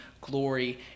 glory